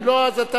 אם לא, אתה בהחלט,